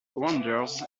wonders